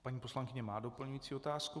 Paní poslankyně má doplňující otázku.